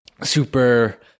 super